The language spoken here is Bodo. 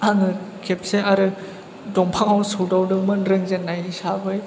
आङो खेबसे आरो दंफाङाव सौदावदोंमोन रोंजेन्नाय हिसाबै